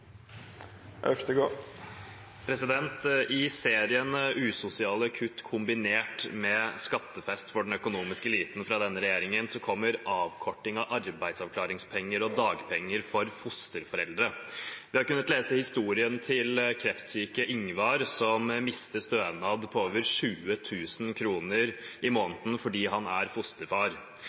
I denne regjeringens serie med usosiale kutt kombinert med skattefest for den økonomiske eliten kommer avkorting av arbeidsavklaringspenger og dagpenger for fosterforeldre. Vi har kunnet lese historien til kreftsyke Ingvar, som mistet en stønad på over 20 000 kr i måneden fordi han er fosterfar.